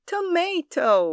Tomato